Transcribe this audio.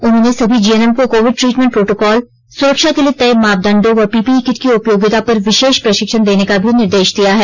उन्होंने सभी जीएनएम को कोविड ट्रिटमेंट प्रोटोकॉल सुरक्षा के लिए तय मापदंडों व पीपीई किट की उपयोगिता पर विशेष प्रशिक्षण देने का भी निर्देश दिया है